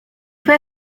fai